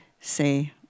say